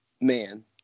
man